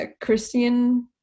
Christian